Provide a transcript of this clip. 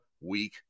week